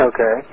Okay